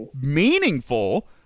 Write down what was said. meaningful